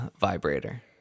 vibrator